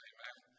Amen